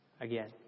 again